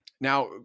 Now